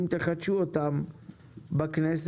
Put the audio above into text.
אם תחדשו אותן בכנסת?